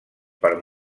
per